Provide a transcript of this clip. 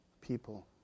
people